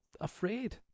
afraid